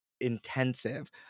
intensive